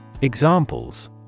Examples